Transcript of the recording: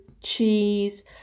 cheese